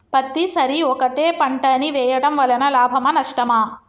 పత్తి సరి ఒకటే పంట ని వేయడం వలన లాభమా నష్టమా?